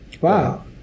Wow